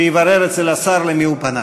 שיברר אצל השר למי הוא פנה.